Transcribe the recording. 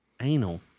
anal